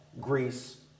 Greece